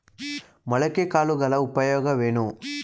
ಮೊಳಕೆ ಕಾಳುಗಳ ಉಪಯೋಗವೇನು?